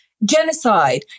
genocide